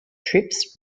trips